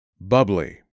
Bubbly